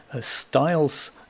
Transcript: styles